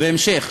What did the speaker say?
ובהמשך: